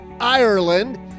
Ireland